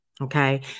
Okay